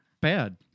Bad